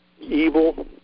evil